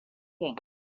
king